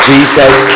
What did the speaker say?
Jesus